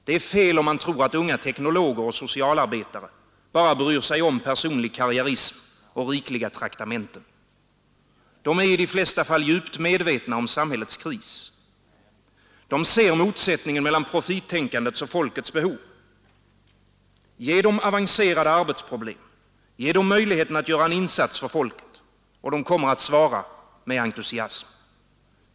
Det är fel om man tror att unga teknologer och socialarbetare bara bryr sig om personlig karriärism och rikliga traktamenten. De är i de flesta fall djupt medvetna om samhällets kris. De ser motsättningen mellan profittänkandet och folkets behov. Ger dem arrangerade arbetsproblem, ger dem möjligheten att göra en insats för folket, och de kommer att svara med entusiasm.